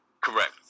Correct